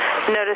Notice